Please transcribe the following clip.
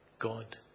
God